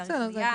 תאריך עליה,